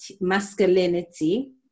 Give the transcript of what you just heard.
masculinity